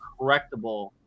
correctable